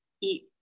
eat